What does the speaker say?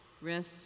rest